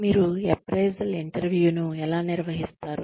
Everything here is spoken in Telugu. మీరు అప్రైసల్ ఇంటర్వ్యూను ఎలా నిర్వహిస్తారు